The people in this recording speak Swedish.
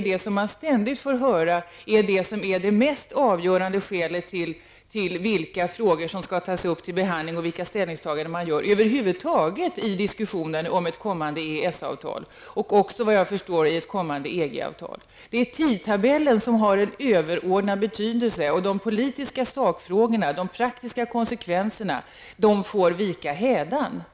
Man får ständigt höra att denna tidtabell är det mest avgörande skälet för vilka frågor som skall tas upp till behandling, för vilka ställningstaganden man gör och över huvud taget för diskussionen om ett kommande EES-avtal och, såvitt jag förstår, för ett kommande EG-avtal. Det är tidtabellen som har en överordnad betydelse, medan de politiska sakfrågorna och de praktiska konsekvenserna får vika.